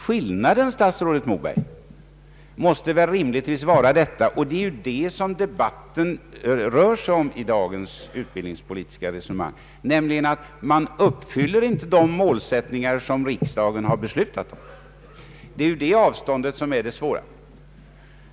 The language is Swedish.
Skillnaden, statsrådet Moberg, måste väl rimligtvis vara — det är detta debatten rör sig om i dagens utbildningspolitiska resonemang — att gymnasiet inte uppfyller de målsättningar som riksdagen har beslutat. Detta avstånd är det svåra.